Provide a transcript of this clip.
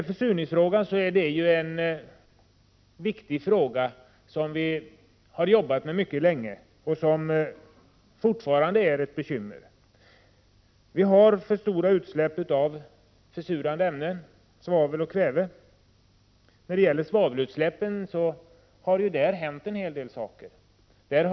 Försurningen, som ju är en viktig fråga, har vi arbetat med mycket länge. Den utgör fortfarande ett bekymmer. Vi har för stora utsläpp av försurande ämnen, svavel och kväve. När det gäller svavelutsläppen har en del saker hänt.